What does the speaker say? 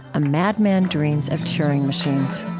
a madman dreams of turing machines